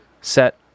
set